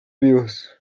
vivos